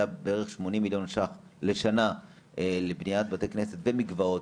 בערך שמונים מיליון ₪ לשנה לבניית בתי כנסת ומקוואות.